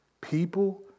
people